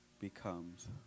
becomes